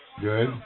good